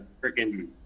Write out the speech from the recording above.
Freaking